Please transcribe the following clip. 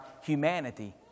humanity